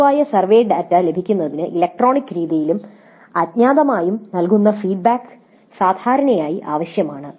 സാധുവായ survey data ലഭിക്കുന്നതിന് electronic രീതിയിലും അജ്ഞാതമായും നൽകുന്ന ഫീഡ്ബാക്ക് സാധാരണയായി ആവശ്യമാണ്